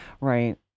Right